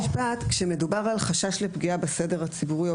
כשמדובר על חשש לפגיעה בסדר הציבורי,